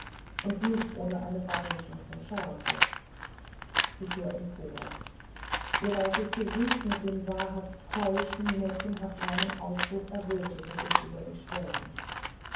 und nicht ohne eine beimischung von schärfe sie fuhr empor ihr weißes gesicht mit dem wahrhaft keuschen mädchenhaft reinen ausdruck errötete bis über die stirn